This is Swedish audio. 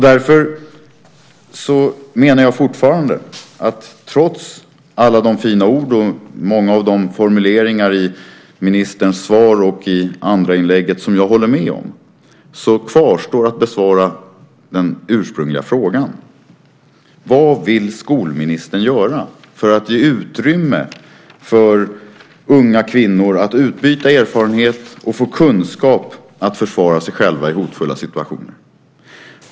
Därför menar jag fortfarande, trots alla de fina orden och att jag håller med om många av formuleringarna i ministerns svar och i andra inlägget, att det kvarstår att besvara den ursprungliga frågan. Vad vill skolministern göra för att ge utrymme för unga kvinnor att utbyta erfarenhet och få kunskap att försvara sig själva i hotfulla situationer?